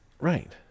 Right